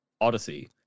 Odyssey